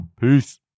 Peace